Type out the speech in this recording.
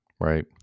Right